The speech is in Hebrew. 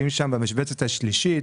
שמופיעים שם במשבצת השלישית